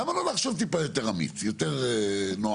למה לא לחשוב טיפה יותר אמיץ, יותר נועז?